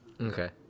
okay